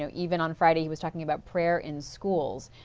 so even on friday he was talking about prayer in schools.